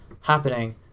happening